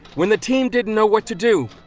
when the team didn't know what to do,